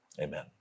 Amen